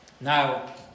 Now